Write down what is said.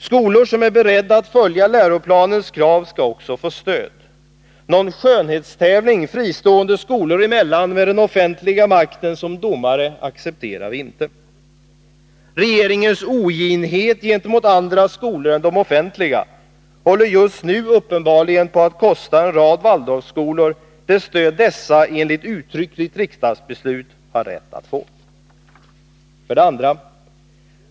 Skolor som är beredda att följa läroplanens krav skall också få stöd. Någon skönhetstävling fristående skolor emellan med den offentliga makten som domare accepterar vi inte. Regeringens oginhet gentemot andra skolor än de offentliga håller just nu uppenbarligen på att kosta en rad Waldorfskolor det stöd dessa enligt uttryckligt riksdagsbeslut har rätt att få. 2.